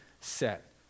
set